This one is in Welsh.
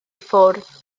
ffwrdd